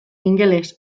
ingeles